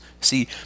See